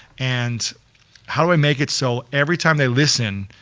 and how do i make it so every time they listen,